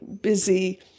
busy